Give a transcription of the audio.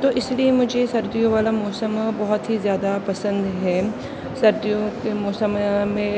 تو اس لیے مجھے سردیوں والا موسم بہت ہی زیادہ پسند ہے سردیوں کے موسم میں